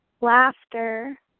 laughter